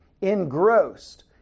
engrossed